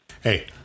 Hey